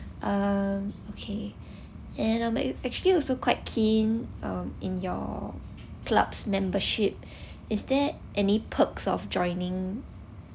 um okay and I'm like we actually also quite um keen in your club's membership is there any perks of joining